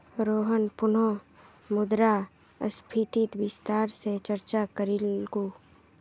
रोहन पुनः मुद्रास्फीतित विस्तार स चर्चा करीलकू